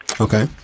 Okay